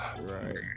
Right